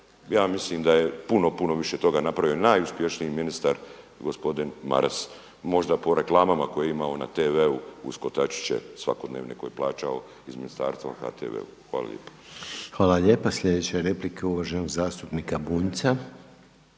Ja mislim da je puno, puno više toga napravio najuspješniji ministar gospodin Maras, možda po reklamama koje je imao na TV-u uz kotačiće svakodnevne koje plaćao iz ministarstva HTV-u. Hvala lijepa. **Reiner, Željko (HDZ)** Hvala. Sljedeća replika je uvaženog zastupnika Branimira